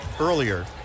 earlier